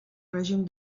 règim